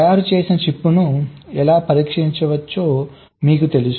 తయారు చేసిన చిప్ను ఎలా పరీక్షించవచ్చో మీకు తెలుసు